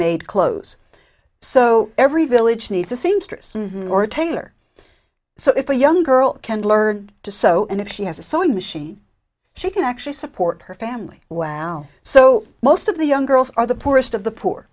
made clothes so every village needs a seamstress or tailor so if a young girl can learn to sew and if she has a sewing machine she can actually support her family wow so most of the young girls are the poorest of the poor